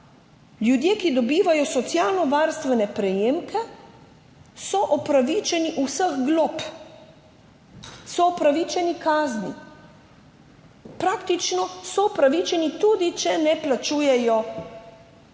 ljudje, ki dobivajo socialnovarstvene prejemke, upravičeni vseh glob, so upravičeni kazni, praktično so upravičeni, tudi če ne plačujejo